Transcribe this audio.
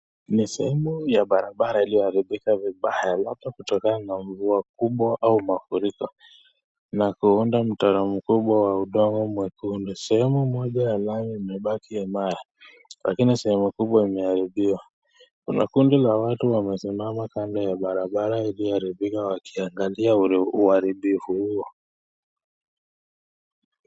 Ni sehemu ya barabara iliyo haribika vibaya, labda kutokana na mvua kubwa au mafuriko na kuunda mtaro mkubwa wa udongo mwekundu. Sehemu moja ya lami imebaki imara lakini sehemu kubwa imeharibiwa. Kuna kundi la watu wamesimama kando ya barabara iliyo haribiwa wakiangalia uharibifu huo.